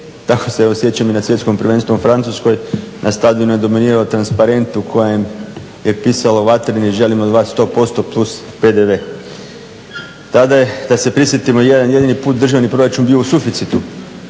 Tako se osjećam i na Svjetskom prvenstvu u Francuskoj na stadionu dominirao transparent na kojem je pisalo "Vatreni želimo od vas 100% plus PDV". Tada je da se prisjetimo jedan jedini put državni proračun bio u suficitu,